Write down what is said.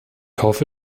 hoffe